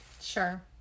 Sure